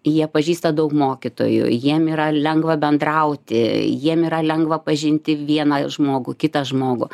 jie pažįsta daug mokytojų jiem yra lengva bendrauti jiem yra lengva pažinti vieną žmogų kitą žmogų